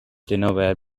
dinnerware